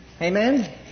Amen